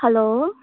hello